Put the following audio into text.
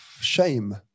shame